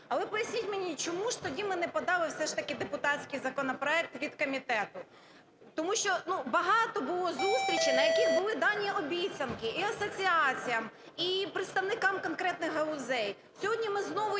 Але поясніть мені, чому ж тоді ми не подали все ж таки депутатський законопроект від комітету? Тому що, ну, багато було зустрічей, на яких були дані обіцянки і асоціаціям, і представникам конкретних галузей. Сьогодні ми знову